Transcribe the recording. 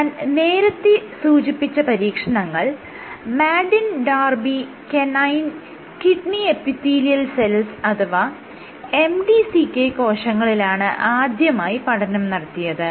ഞാൻ നേരത്തെ സൂചിപ്പിച്ച പരീക്ഷണങ്ങൾ Madin Darby canine kidney epithelial cells അഥവാ MDCK കോശങ്ങളിലാണ് ആദ്യമായി പഠനം നടത്തിയത്